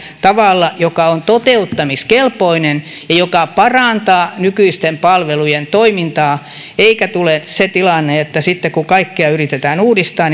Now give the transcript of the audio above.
tavalla joka on toteuttamiskelpoinen ja joka parantaa nykyisten palvelujen toimintaa ettei tule se tilanne että sitten kun kaikkea yritetään uudistaa